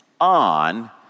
on